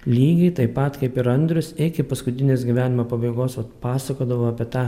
lygiai taip pat kaip ir andrius iki paskutinės gyvenimo pabaigos vat pasakodavo apie tą